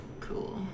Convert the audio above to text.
cool